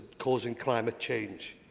causing climate change.